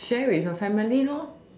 share with your family lor